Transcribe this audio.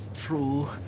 true